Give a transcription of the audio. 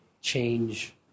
change